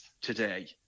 today